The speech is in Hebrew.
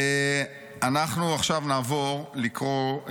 אנחנו עכשיו נעבור לקרוא,